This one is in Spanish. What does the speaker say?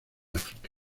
áfrica